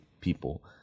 people